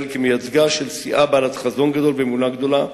כמייצגה של סיעה בעלת חזון גדול ואמונה גדולה,